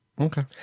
Okay